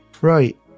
Right